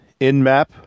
InMap